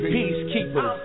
Peacekeeper